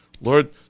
Lord